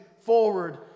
forward